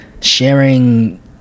sharing